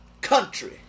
country